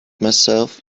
myself